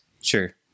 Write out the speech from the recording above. Sure